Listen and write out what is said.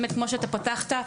כמו שאתה פתחת,